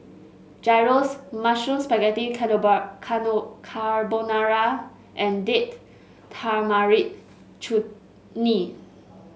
Gyros Mushroom Spaghetti Carbonara and Date Tamarind Chutney